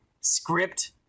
script